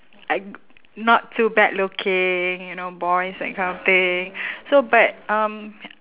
I not too bad looking you know boys that kind of thing so but um